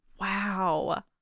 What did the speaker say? wow